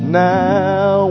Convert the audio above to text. now